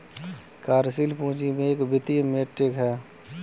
कार्यशील पूंजी एक वित्तीय मीट्रिक है